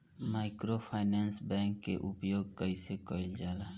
Microfinance bank के उपयोग कइसे कइल जाला?